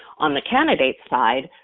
on the candidate's side,